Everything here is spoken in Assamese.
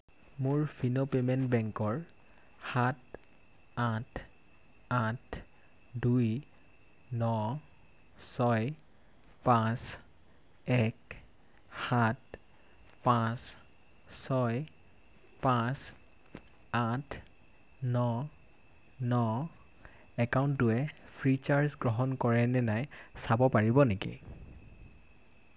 মোৰ ফিনো পেমেণ্ট বেংকৰ সাত আঠ আঠ দুই ন ছয় পাঁচ এক সাত পাঁচ ছয় পাঁচ আঠ ন ন একাউণ্টটোৱে ফ্ৰীচাৰ্জ গ্ৰহণ কৰে নে নাই চাব পাৰিব নেকি